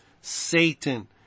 Satan